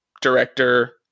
director